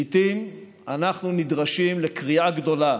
לעיתים אנחנו נדרשים לקריעה גדולה